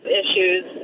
issues